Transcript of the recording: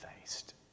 faced